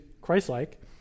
Christ-like